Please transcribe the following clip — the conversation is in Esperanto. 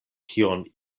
kion